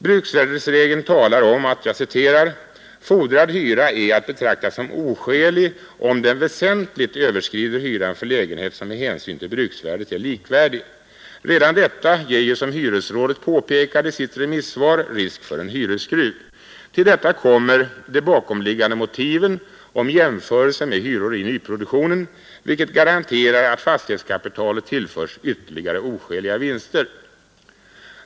Bruksvärdesregeln talar om: ”Fordrad hyra är att betrakta som oskälig om den väsentligt överskrider hyran för lägenhet som med hänsyn till bruksvärdet är likvärdig.” Detta ger ju, som hyresrådet påpekade i sitt remissvar, risk för en hyresskruv. Till detta kommer de bakomliggande motiven om jämförelse med hyrorna i nyproduktionen, vilka garanterar att fastighetskapitalet tillförs ytterligare oskäliga vinster.